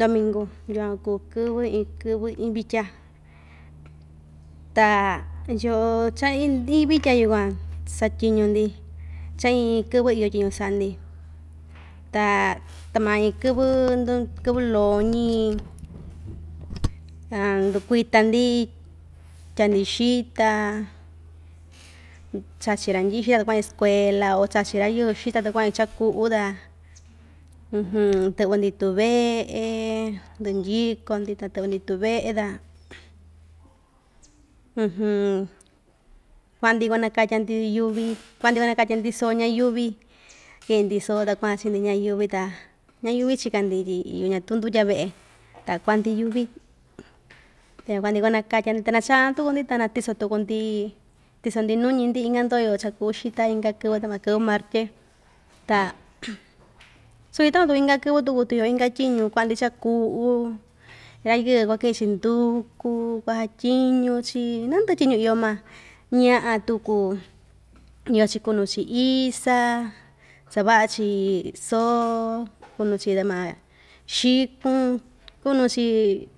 dominku, yukuan kuu kɨvɨ iin kɨvɨ iin vitya ta yo'o cha iin iin vitya yukuan satyiñu‑ndi cha iin iin kɨvɨ iyo tyiñu sa'a‑ndi ta ta mai kɨvɨ kɨvɨ loñi ndukuita‑ndi tyaa‑ndi xita chachi randyi'i xita ta kua'an‑chi skuela o chachi ra‑yɨɨ xita ta kua'an‑chi cha'a ku'u ta tɨ'vɨ‑ndi tuve'e ndɨ ndyiko‑ndi ta tɨ'vɨ‑ndi tuve'e ta kua'a‑ndi kuanakatya‑ndi yuvi kua'a‑ndi kuanakatya‑ndi soo ña yuvi ki'i‑ndi soo ta kua'an chi'i‑ndi ndya yuvi ta ndya yuvi chika‑ndi tyi iyo ñatu ndutya ve'e ta kua'a‑ndi yuvi ta yukuan kua'a‑ndi kuanakatya‑ndi ta nachá tuku‑ndi ta natiso tuku‑ndi tiso‑ndi nuñi‑ndi inka ndoyo cha kuu xita inka kɨvɨ ta ma kɨvɨ martye ta suu‑ñi takuan tuku inka kɨvɨ tuku tu iyo inka tyiñu kua'a‑ndi cha'a ku'u ra‑yɨɨ kuaki'in‑chi ndukú kuasatyiñu‑chi nandɨ'ɨ tyiñu iyo ma ña'a tuku iyo‑chi kunun‑chi isa sava'a‑chi soo kunun‑chi xikun kunu‑chi.